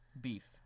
beef